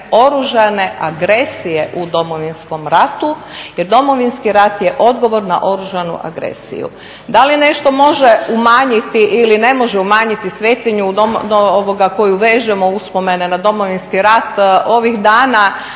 oružane agresije u Domovinskom ratu jer Domovinski rat je odgovor na oružanu agresiju. Da li nešto može umanjiti ili ne može umanjiti svetinju uz koju vežemo uspomene na Domovinski rat, ovih dana